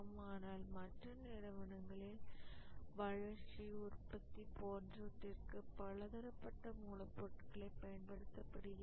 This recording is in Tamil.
ஆனால் மற்ற நிறுவனங்களில் வளர்ச்சி உற்பத்தி போன்றவற்றிற்கு பலதரப்பட்ட மூலப்பொருட்கள் பயன்படுத்தப்படுகிறது